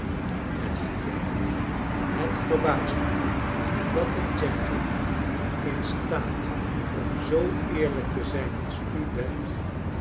met vuur het verbaast me dat een gentleman in staat om zoo eerlijk te zijn als u bent